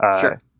Sure